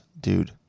dude